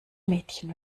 mädchen